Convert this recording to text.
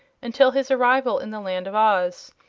until his arrival in the land of oz.